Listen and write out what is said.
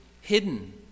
hidden